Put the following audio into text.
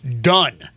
done